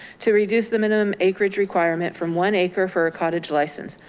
to reduce the minimum acreage requirement from one acre for a cottage license.